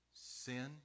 sin